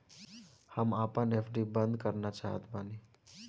हम आपन एफ.डी बंद करना चाहत बानी